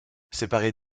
séparée